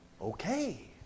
okay